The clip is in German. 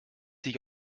sich